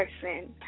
person